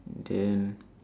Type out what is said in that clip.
then